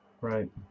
right